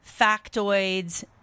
factoids